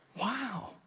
Wow